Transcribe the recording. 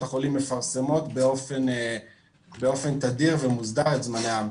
החולים מפרסמות באופן תדיר ומוסדר את זמני ההמתנה.